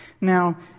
Now